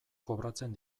kobratzen